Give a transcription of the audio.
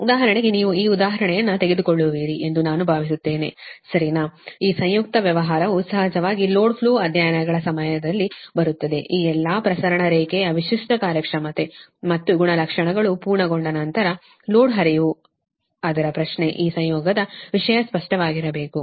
ಉದಾಹರಣೆಗೆನೀವು ಈ ಉದಾಹರಣೆಯನ್ನು ತಿಳಿದುಕೊಳ್ಳುವಿರಿ ಎಂದು ನಾನು ಭಾವಿಸುತ್ತೇನೆ ಸರಿನಾ ಈ ಸಂಯುಕ್ತ ವ್ಯವಹಾರವು ಸಹಜವಾಗಿ ಲೋಡ್ ಫ್ಲೋ ಅಧ್ಯಯನಗಳ ಸಮಯದಲ್ಲಿ ಬರುತ್ತದೆ ಈ ಎಲ್ಲಾ ಪ್ರಸರಣ ರೇಖೆಯ ವಿಶಿಷ್ಟ ಕಾರ್ಯಕ್ಷಮತೆ ಮತ್ತು ಗುಣಲಕ್ಷಣಗಳು ಪೂರ್ಣಗೊಂಡ ನಂತರ ಲೋಡ್ ಹರಿವು ಆದರೆ ಪ್ರಶ್ನೆ ಈ ಸಂಯೋಗದ ವಿಷಯ ಸ್ಪಷ್ಟವಾಗಿರಬೇಕು